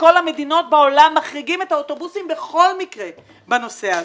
בכל המדינות בעולם מחריגים את האוטובוסים בכל מקרה בנושא הזה.